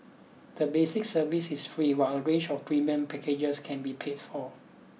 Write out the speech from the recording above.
the basic service is free while a range of premium packages can be paid for